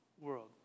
world